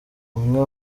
umwe